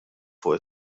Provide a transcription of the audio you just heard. fuq